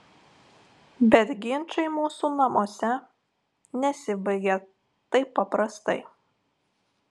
bet ginčai mūsų namuose nesibaigia taip paprastai